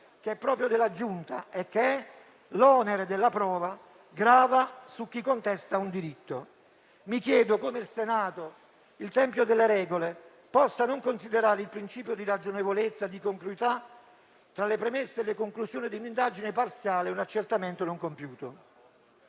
che è propria della Giunta: l'onere della prova grava su chi contesta un diritto. Mi chiedo come il Senato, il tempio delle regole, possa non considerare il principio di ragionevolezza e di congruità tra le premesse e le conclusioni di un'indagine parziale e di un accertamento non compiuto.